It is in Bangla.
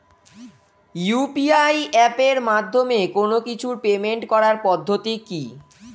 ইউ.পি.আই এপের মাধ্যমে কোন কিছুর পেমেন্ট করার পদ্ধতি কি?